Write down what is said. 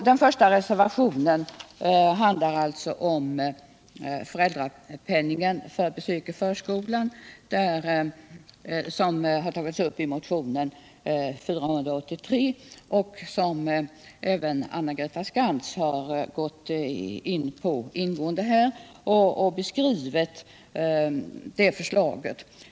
Den första reservationen handlar om föräldrapenning för besök i förskoleverksamhet, en fråga som har tagits upp i motionen 1977/78:438. Anna Greta Skantz har här ingående behandlat och beskrivit det förslaget.